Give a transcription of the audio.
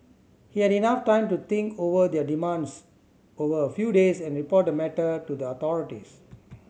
he had enough time to think over their demands over a few days and report the matter to the authorities